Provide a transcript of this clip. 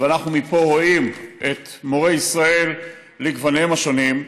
ואנחנו מפה רואים את מורי ישראל לגווניהם השונים,